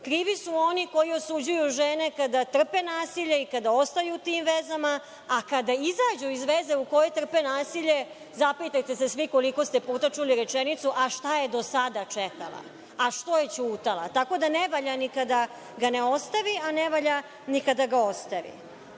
Krivi su oni koji osuđuju žene kada trpe nasilje i kada ostaju u tim vezama, a kada izađu iz veze u kojoj trpe nasilje, zapitajte se svi koliko ste puta čuli rečenicu – a šta je do sada čekala, a što je ćutala. Tako da, ne valja ni kada ga ne ostavi, a ne valja ni kada ga ostavi. Kriva